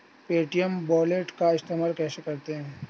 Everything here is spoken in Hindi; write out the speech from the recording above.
पे.टी.एम वॉलेट का इस्तेमाल कैसे करते हैं?